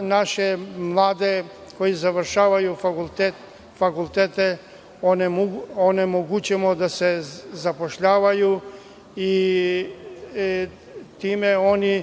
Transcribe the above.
naše mlade koji završavaju fakultete onemogućujemo da se zapošljavaju. Time oni